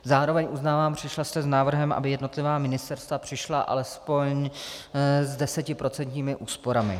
Zároveň uznávám, přišla jste s návrhem, aby jednotlivá ministerstva přišla alespoň s desetiprocentními úsporami.